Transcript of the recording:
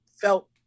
felt